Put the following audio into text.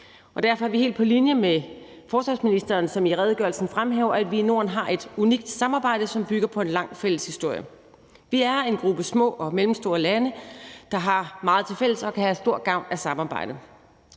Derfor er vi helt på linje med forsvarsministeren, som i redegørelsen fremhæver, at vi i Norden har et unikt samarbejde, som bygger på en lang fælles historie. Vi er en gruppe små og mellemstore lande, der har meget tilfælles og kan have stor gavn af samarbejdet.